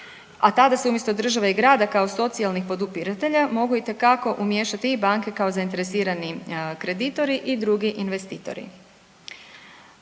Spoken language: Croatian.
A tada se umjesto države ili grada kao socijalnih podupiratelja mogu itekako umiješati i banke kao zainteresirani kreditori i drugi investitori.